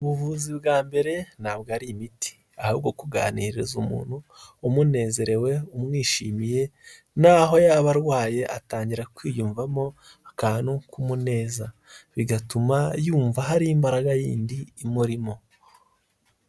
Ubuvuzi bwa mbere ntabwo ari imiti, ahubwo kuganiriza umuntu umunezerewe umwishimiye naho yaba arwaye atangira kwiyumvamo akantu k'umuneza, bigatuma yumva hari imbaraga yindi imurimo.